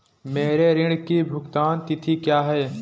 मेरे ऋण की भुगतान तिथि क्या है?